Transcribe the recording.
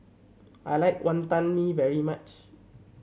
I like Wonton Mee very much